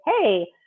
hey